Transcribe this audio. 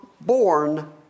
born